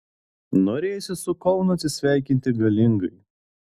norėjosi su kaunu atsisveikinti galingai